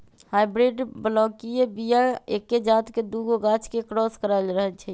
hybrid बलौकीय बीया एके जात के दुगो गाछ के क्रॉस कराएल रहै छै